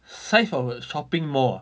size of a shopping mall ah